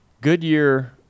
Goodyear